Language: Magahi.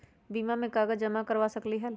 बीमा में कागज जमाकर करवा सकलीहल?